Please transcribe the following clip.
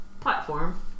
platform